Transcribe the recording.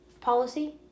policy